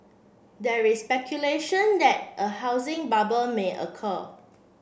there is speculation that a housing bubble may occur